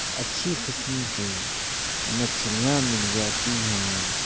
اچھی قسم کی مچھلیاں مل جاتی ہیں